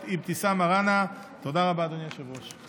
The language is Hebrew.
תודה רבה, אדוני היושב-ראש.